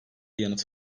yanıt